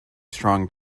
strong